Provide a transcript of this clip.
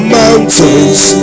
mountains